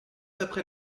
après